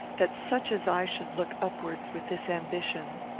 that such as i should look upwards with this ambition.